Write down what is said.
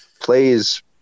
plays